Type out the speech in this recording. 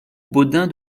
bodin